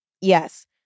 Yes